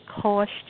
cost